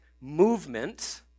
movement